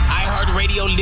iHeartRadio